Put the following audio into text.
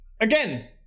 again